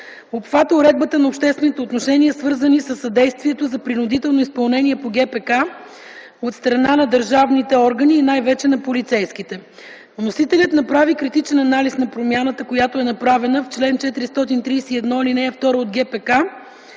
обхват е уредбата на обществените отношения, свързани със съдействието за принудителното изпълнение по реда на ГПК от страна на държавните органи и най-вече на полицейските. Вносителят направи критичен анализ на промяната, която е направена в чл. 431, ал. 2 от ГПК.